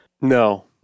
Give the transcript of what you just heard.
No